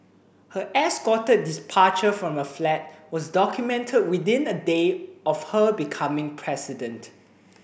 her escorted departure from her flat was documented within a day of her becoming president